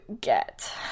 get